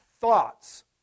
Thoughts